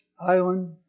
Island